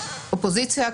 אופוזיציה,